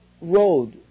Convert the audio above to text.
road